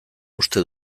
uste